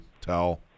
tell